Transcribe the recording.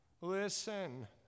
Listen